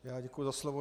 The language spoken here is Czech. Já děkuji za slovo.